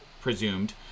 presumed